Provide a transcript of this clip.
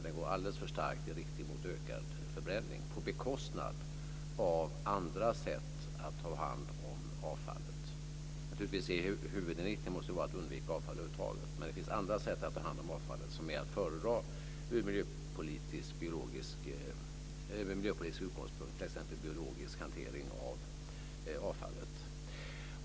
Den går alldeles för starkt i riktning mot ökad förbränning på bekostnad av andra sätt att ta hand om avfallet. Naturligtvis måste huvudinriktningen vara att undvika avfall över huvud taget, men det finns andra sätt att ta hand om avfallet som är att föredra ur miljöpolitisk utgångspunkt, t.ex. biologisk hantering av avfallet.